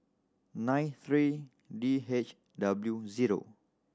nine three D H W zero